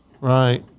right